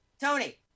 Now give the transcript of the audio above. tony